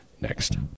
next